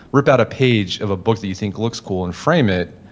rip out a page of a book that you think looks cool and frame it,